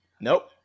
Nope